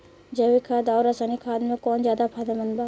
जैविक खाद आउर रसायनिक खाद मे कौन ज्यादा फायदेमंद बा?